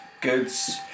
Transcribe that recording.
goods